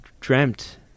dreamt